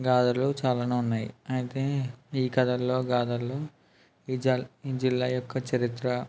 గాథలు చాలానే ఉన్నాయి అయితే ఈ కథల్లో గాథల్లో ఈ జ ఈ జిల్లా యొక్క చరిత్ర